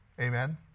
Amen